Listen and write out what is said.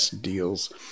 deals